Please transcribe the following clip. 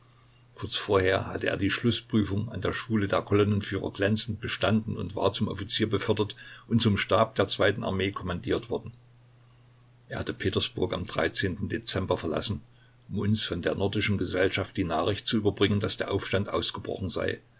kurz vorher hatte er die schlußprüfung an der schule der kolonnenführer glänzend bestanden und war zum offizier befördert und zum stab der zweiten armee kommandiert worden er hatte petersburg am dezember verlassen um uns von der nordischen gesellschaft die nachricht zu überbringen daß der aufstand ausgebrochen sei